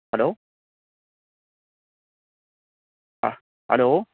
hello hello